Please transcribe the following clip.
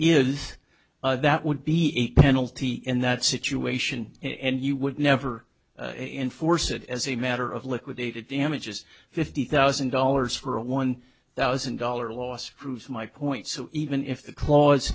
is that would be a penalty in that situation and you would never enforce it as a matter of liquidated damages fifty thousand dollars for a one thousand dollars loss proves my point so even if the clause